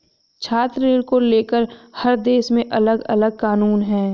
छात्र ऋण को लेकर हर देश में अलगअलग कानून है